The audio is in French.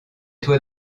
toi